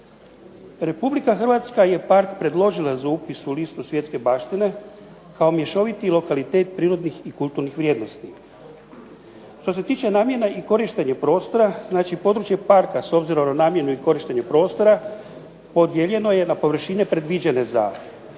Republika Hrvatska je park predložila za upis u listu svjetske baštine kao mješoviti lokalitet prirodnih i kulturnih vrijednosti. Što se tiče namjena i korištenje prostora, znači područje Parka s obzirom na namjenu i korištenje prostora, podijeljeno je na površine predviđene za